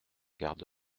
garde